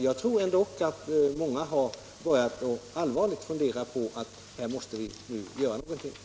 Jag tror ändock att många har börjat allvarligt fundera på att man måste göra någonting nu.